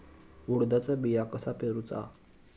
उडदाचा बिया कसा पेरूचा?